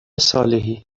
صالحی